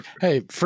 Hey